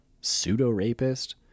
pseudo-rapist